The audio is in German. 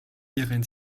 ihren